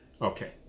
Okay